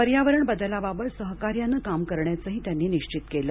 पर्यावरण बदलाबाबत सहकार्यानं काम करण्याचंही त्यांनी निश्चित केलं